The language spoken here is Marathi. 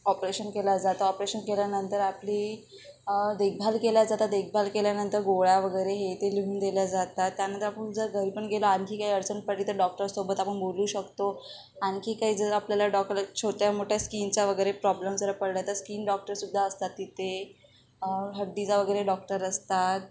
ऑपरेशन केलं जातं ऑपरेशन केल्यानंतर आपली देखभाल केल्या जातात देखभाल केल्यानंतर गोळ्या वगैरे हे ते लिहून दिल्या जातात त्यानंतर आपण जर घरी पण गेलो आणखी काही अडचण पडली तर डॉक्टरसोबत आपण बोलू शकतो आणखी काही जर आपल्याला डॉक्टर छोट्या मोठ्या स्कीनचा वगैरे प्रॉब्लेम जर पडला तर स्कीन डॉक्टर सुद्धा असतात तिथे हड्डीचा वगैरे डॉक्टर असतात